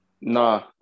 No